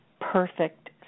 perfect